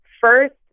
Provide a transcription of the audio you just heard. First